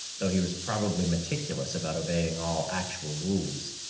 though he was probably meticulous about obeying all actual rules.